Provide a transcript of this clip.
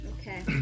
Okay